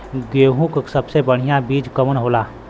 गेहूँक सबसे बढ़िया बिज कवन होला?